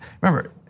remember